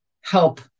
help